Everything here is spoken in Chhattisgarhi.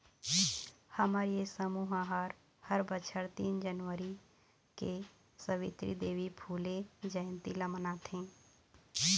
हमर ये समूह ह हर बछर तीन जनवरी के सवित्री देवी फूले जंयती ल मनाथे